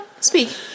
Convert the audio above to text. speak